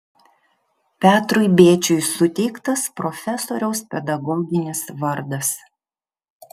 petrui bėčiui suteiktas profesoriaus pedagoginis vardas